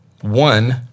one